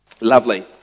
Lovely